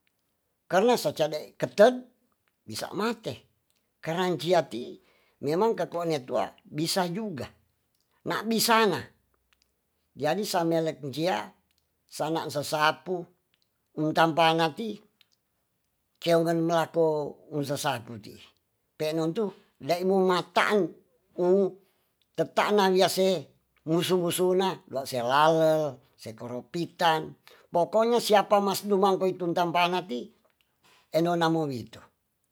Kanusacade ketet bisa mate karanciati memang kakoneatua bisa juga na bisa na jadi samelek jia sanaan sasapu untapangati keongan melapo unsasaputi peanontu dai mumataan teta'na wiase wusu wusuna la se'lalel se koropitan pokonya siapa mas dumangkoy tuntampanati enonamowi tu.